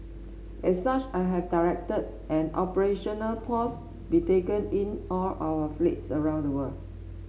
as such I have directed an operational pause be taken in all our fleets around the world